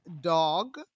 dog